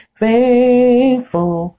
faithful